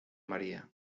maría